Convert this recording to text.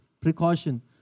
precaution